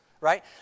right